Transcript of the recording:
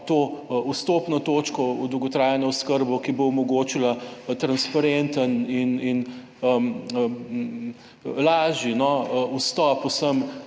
to vstopno točko v dolgotrajno oskrbo, ki bo omogočila transparenten in lažji vstop vsem